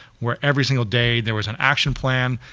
where every single day there was an action plan,